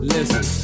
Listen